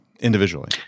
individually